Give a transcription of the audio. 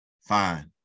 Fine